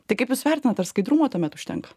tai kaip jūs vertinat ar skaidrumo tuomet užtenka